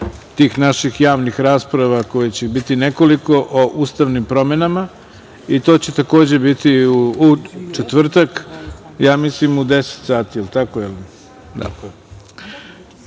tih naših javnih rasprava kojih će biti nekoliko, o ustavnim promenama i to će takođe biti u četvrtak, mislim u 10.00 sati. Idemo sada